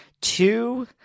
Two